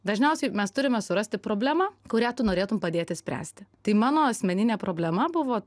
dažniausiai mes turime surasti problemą kurią tu norėtum padėti spręsti tai mano asmeninė problema buvo